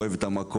אוהב את המקום,